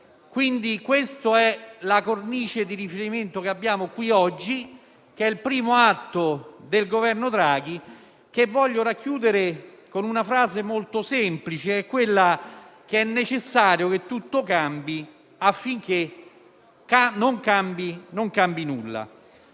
Questa è la cornice di riferimento per il primo atto del Governo Draghi che voglio racchiudere con una frase molto semplice: è necessario che tutto cambi affinché non cambi nulla.